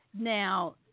Now